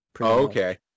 okay